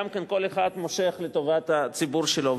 כל אחד מושך לטובת הציבור שלו.